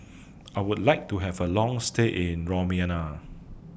I Would like to Have A Long stay in Romania